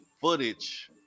footage